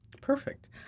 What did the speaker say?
Perfect